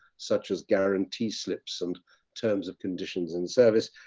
such as guarantee slips and terms of conditions in service.